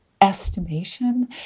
estimation